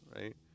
right